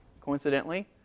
Coincidentally